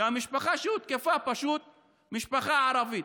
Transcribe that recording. פשוט כי המשפחה שהותקפה היא משפחה ערבית.